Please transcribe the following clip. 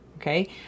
Okay